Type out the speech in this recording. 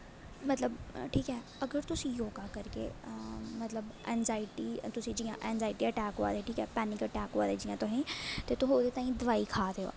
मतल ठीक ऐ अगर तुस योग करगे मतलब अंगज़ाईटी तुसें गी अंग्ज़ाईटी दा अटैक होआ दे ठीक ऐ पैनिक अटैक होआ दे जि'यां तुसेंगी ते तुस दोआई का दे ओ